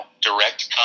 direct